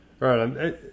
Right